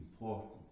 important